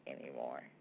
anymore